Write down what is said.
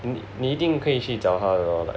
你你一定可以去找他的 lor like